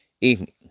evening